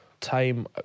time